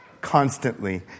constantly